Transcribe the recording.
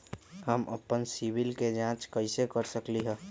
हम अपन सिबिल के जाँच कइसे कर सकली ह?